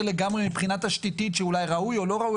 לגמרי מבחינה תשתיתית שאולי ראוי או לא ראוי,